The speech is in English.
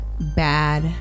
bad